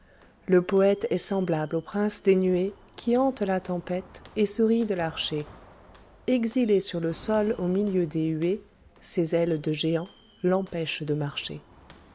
le poète est semblable au prince des nuées qui hante la tempête et se rit de l'archer exilé sur le sol au milieu des huées ses ailes de géant l'empêchent de marcher